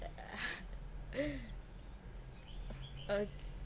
uh